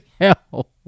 hell